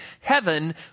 heaven